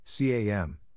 CAM